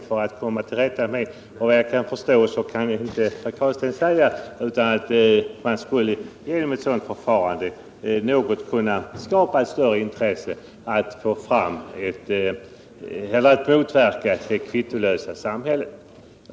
Så vitt jag kan förstå, kan inte herr Carlstein säga annat än att man med det förfarande vi förordar skulle motverka det kvittolösa samhället.